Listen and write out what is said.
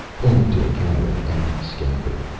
only to encounter an empty scabbard.